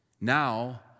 now